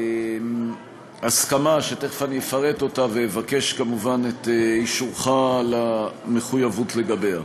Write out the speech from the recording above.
על-פי הסכמה שתכף אני אפרט אותה ואבקש כמובן את אישורך למחויבות לגביה.